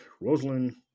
Rosalind